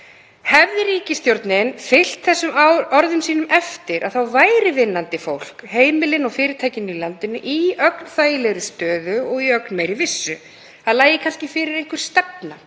Hefði ríkisstjórnin fylgt þessum orðum sínum eftir væri vinnandi fólk, heimilin og fyrirtækin í landinu í ögn þægilegri stöðu og í ögn meiri vissu. Það lægi kannski fyrir einhver stefna